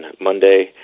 Monday